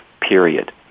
period